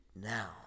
now